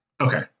Okay